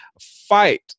fight